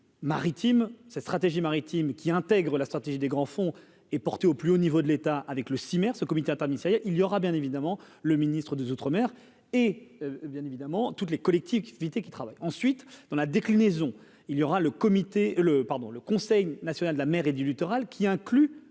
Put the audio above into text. sa stratégie maritime qui intègre la stratégie des grands fonds et porté au plus haut niveau de l'État avec le 6 SIMR ce comité interministériel, il y aura bien évidemment, le ministre des Outre-Mer et bien évidemment, toutes les collectivités qui travaille ensuite dans la déclinaison il y aura le comité le pardon, le Conseil national de la mer et du littoral, qui inclut